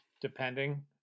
depending